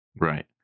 Right